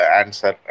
answer